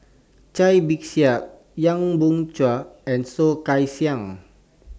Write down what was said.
Cai Bixia Young Boon Chuan and Soh Kay Siang